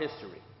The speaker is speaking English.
history